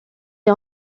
est